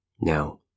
Now